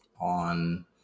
on